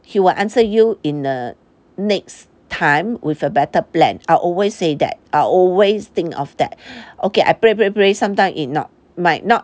he will answer you in the next time with a better plan I'll always say that I'll always think of that okay I pray pray pray sometime it not might not